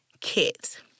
kit